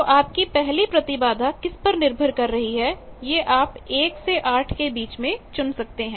तो आप की पहली प्रतिबाधा किस पर निर्भर कर रही है यह आप 1 से 8 के बीच में चुन सकते हैं